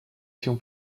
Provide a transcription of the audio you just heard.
się